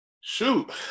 shoot